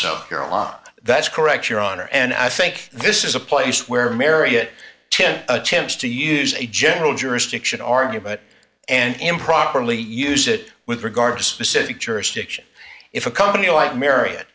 south carolina that's correct your honor and i think this is a place where marriott ten attempts to use a general jurisdiction argue but and improperly use it with regard to specific jurisdiction if a company like marriott